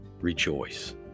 Rejoice